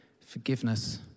Forgiveness